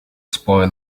spoil